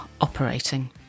operating